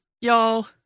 Y'all